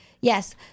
yes